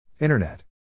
Internet